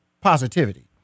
positivity